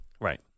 Right